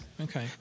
okay